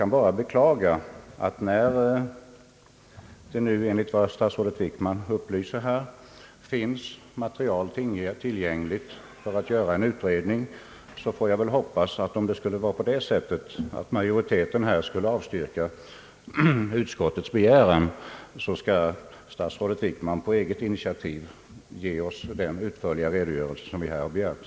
När det nu enligt vad statsrådet Wickman upplyser finns material tillgängligt för att göra en utredning, får jag väl hoppas att statsrådet, om majoriteten skulle avslå utskot tets begäran, på eget initiativ ger oss den utförliga redogörelse som vi här har begärt.